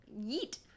Yeet